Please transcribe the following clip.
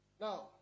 Now